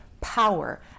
power